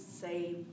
say